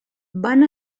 van